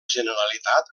generalitat